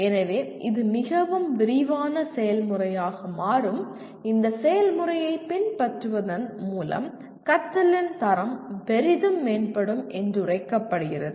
எனவே இது மிகவும் விரிவான செயல்முறையாக மாறும் இந்த செயல்முறையைப் பின்பற்றுவதன் மூலம் கற்றலின் தரம் பெரிதும் மேம்படும் என்று உணரப்படுகிறது